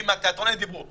בימה, תיאטראות דיברו.